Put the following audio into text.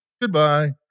goodbye